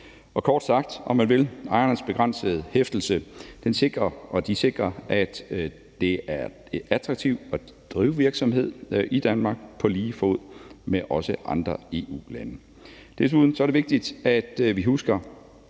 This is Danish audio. Kort sagt: Ejernes begrænsede hæftelse sikrer, at det er attraktivt at drive virksomhed i Danmark på lige fod med også andre EU-lande.